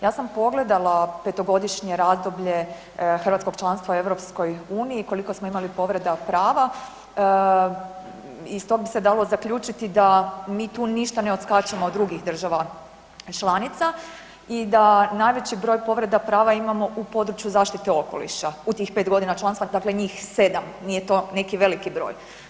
Ja sam pogledala petogodišnje razdoblje hrvatskog članstva u EU, koliko smo imali povreda prava, iz tog bi se dalo zaključiti da mi tu ništa ne odskačemo od drugih država članica i da najveći broj povreda prava imamo u području zaštite okoliša, u tih 5 g. članstva, dakle njih 7, nije to neki veliki broj.